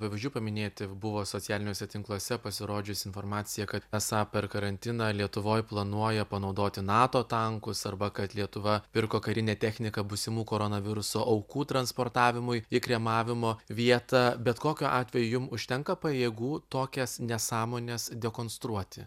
pavyzdžių paminėti buvo socialiniuose tinkluose pasirodžius informacija kad esą per karantiną lietuvoj planuoja panaudoti nato tankus arba kad lietuva pirko karinę techniką būsimų koronaviruso aukų transportavimui į kremavimo vietą bet kokiu atveju jum užtenka pajėgų tokias nesąmones dekonstruoti